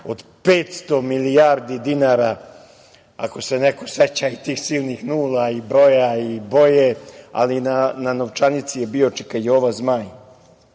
od 500 milijardi dinara, ako se neko seća i tih silnih nula i broja i boje, ali na novčanici je bio čika Jova